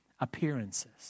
appearances